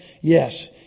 Yes